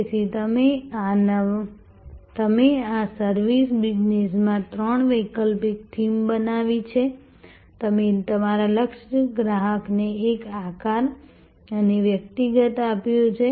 તેથી તમે નવા સર્વિસ બિઝનેસની ત્રણ વૈકલ્પિક થીમ બનાવી છે તમે તમારા લક્ષ્ય ગ્રાહકને એક આકાર અને વ્યક્તિત્વ આપ્યું છે